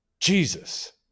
jesus